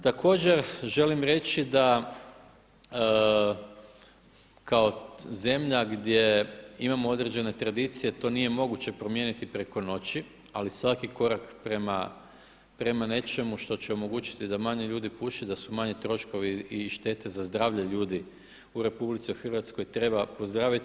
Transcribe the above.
Također želim reći da kao zemlja gdje imamo određene tradicije to nije moguće promijeniti preko noći, ali svaki korak prema nečemu što će omogućiti da manje ljudi puši, da su manji troškovi i štete za zdravlje ljudi u RH treba pozdraviti.